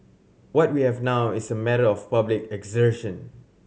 what we have now is a matter of public assertion